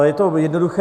Je to jednoduché.